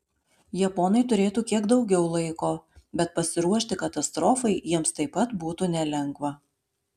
japonai turėtų kiek daugiau laiko bet pasiruošti katastrofai jiems taip pat būtų nelengva